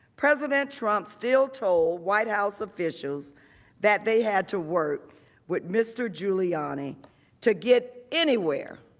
president trump still told white house officials that they had to work with mr. giuliani to get anywhere